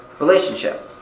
relationship